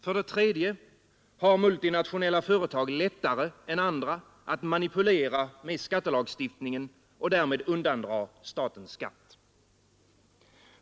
För det tredje har de lättare än andra att manipulera med skattelagstiftningen och därmed undand aten skatt.